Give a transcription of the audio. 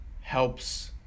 helps